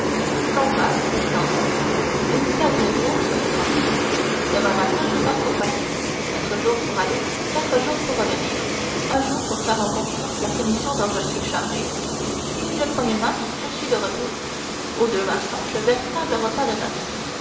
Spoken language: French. non pas dit dantès vous n'y perdrez rien soyez tranquilles demain matin je pars pour paris quatre jours pour aller quatre jours pour revenir un jour pour faire en conscience la commission dont je suis chargé et le premier marches je suis de retour aux deux masses donc le véritable repas de noces